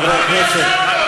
חברי הכנסת.